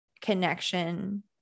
connection